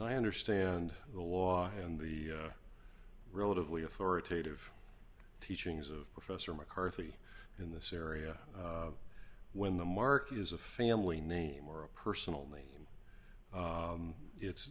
i understand the law and the relatively authoritative teachings of professor mccarthy in this area when the mark is a family name or a personal name it's